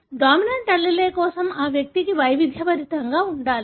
dominant allele కోసం ఈ వ్యక్తికి వైవిధ్యభరితంగా ఉండాలి